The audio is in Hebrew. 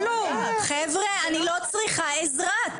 חבר'ה אני לא צריכה עזרה,